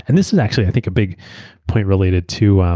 and this is actually i think a big point related to.